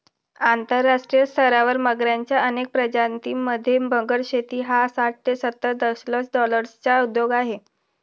आंतरराष्ट्रीय स्तरावर मगरच्या अनेक प्रजातीं मध्ये, मगर शेती हा साठ ते सत्तर दशलक्ष डॉलर्सचा उद्योग आहे